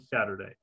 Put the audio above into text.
Saturday